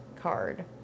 card